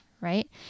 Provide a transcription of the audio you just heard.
right